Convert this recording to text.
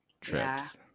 trips